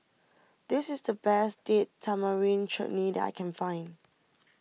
this is the best Date Tamarind Chutney that I can find